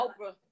Oprah